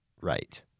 right